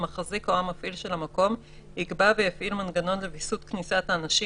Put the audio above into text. המחזיק או המפעיל של המקום יקבע ויפעיל מנגנון לוויסות כניסת האנשים,